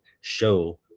show